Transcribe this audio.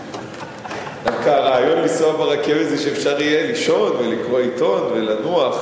דווקא הרעיון לנסוע ברכבת שאפשר יהיה לישון ולקרוא עיתון ולנוח,